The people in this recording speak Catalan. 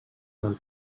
del